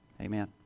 Amen